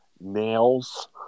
Nails